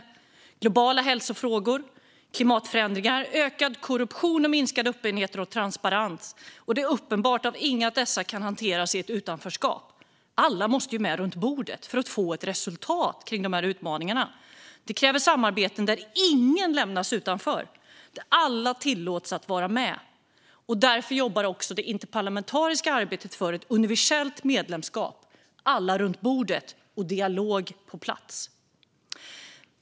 Det handlar om globala hälsofrågor, klimatförändringar, ökad korruption och minskad öppenhet och transparens. Det är uppenbart att inga av dessa frågor kan hanteras i utanförskap. Alla måste sitta med runt bordet för att vi ska nå resultat när det gäller dessa utmaningar. Det kräver samarbeten där ingen lämnas utanför utan alla tillåts vara med. Därför jobbar också vi i det interparlamentariska arbetet för ett universellt medlemskap, med alla runt bordet och dialog på plats.